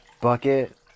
bucket